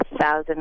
thousand